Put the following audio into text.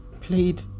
played